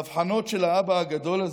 בהבחנות של האבא הגדול הזה,